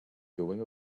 doing